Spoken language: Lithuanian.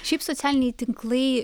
šiaip socialiniai tinklai